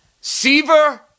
Seaver